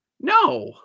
No